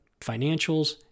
financials